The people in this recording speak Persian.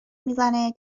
میزنه